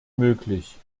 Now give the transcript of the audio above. möglich